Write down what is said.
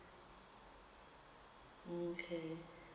mm okay